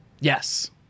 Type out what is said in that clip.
Yes